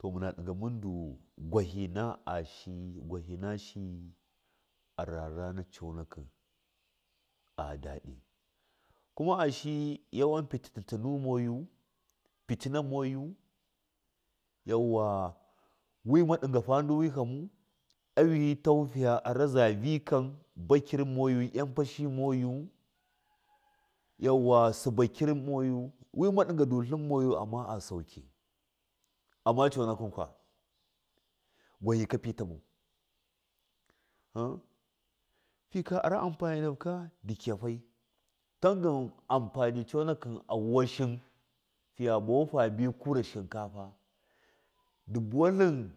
to muna ɗiga mudu gwahi na shiyi arar ana coonakɨ a daɗi kuma ashiyi yawan fitinu moyu fitince moyu yauwa wɨma ɗigafa ndu wihamu awitaha figa aratla vikan ba kɨr mayu ganfashi moyu wima ɗigandu tlin magu amma a sauki amma coonakɨn kwa gwahika fitlamau hmm fika ara anfani nahuka ndi kiyafaii tangan anfani coonakɨ awashin fiya vahu fabi kura shinkafa ndɨ batlin